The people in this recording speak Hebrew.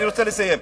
אני רוצה לסיים.